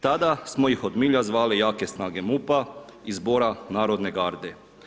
Tada smo ih od milja zvali jake snage MUP-a i zbora narodne garde.